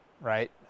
right